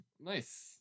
Nice